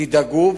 תדאגו,